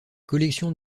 collections